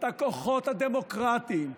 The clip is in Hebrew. את הכוחות הדמוקרטיים,